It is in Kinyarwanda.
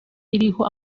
iriho